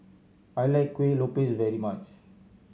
I like Kueh Lopes very much